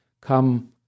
come